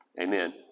Amen